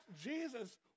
Jesus